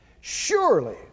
Surely